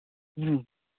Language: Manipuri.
ꯎꯝ